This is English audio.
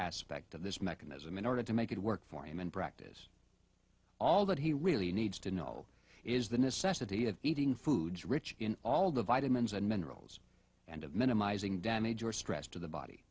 aspect of this mechanism in order to make it work for him and practice all that he really needs to know is the necessity of eating foods rich in all the vitamins and minerals and of minimising damage or stress to the body